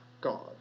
God